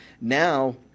Now